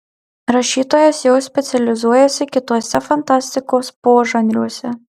rašytojas jau specializuojasi kituose fantastikos požanriuose